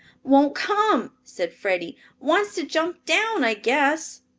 won't come, said freddie. wants to jump down, i guess.